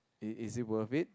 it is it worth it